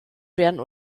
werden